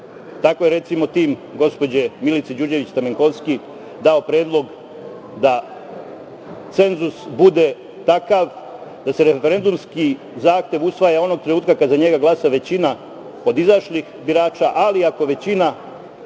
je, recimo, tim gospođe Milice Đurđević Stamenkovski dao predlog da cenzus bude takav da se referendumski zahtev usvaja onog trenutka kada za njega glasa većina od izašlih birača, ali ako većina